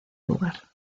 lugar